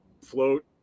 Float